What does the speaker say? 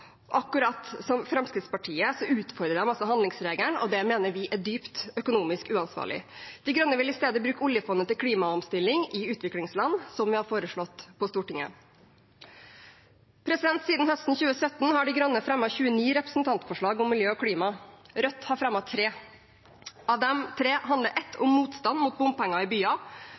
Akkurat som Fremskrittspartiet utfordrer de handlingsregelen, og det mener vi er dypt økonomisk uansvarlig. De Grønne vil i stedet bruke oljefondet til klimaomstilling i utviklingsland, som vi har foreslått på Stortinget. Siden høsten 2017 har De Grønne fremmet 29 representantforslag om miljø og klima, Rødt har fremmet tre. Av de tre handler ett om motstand mot bompenger i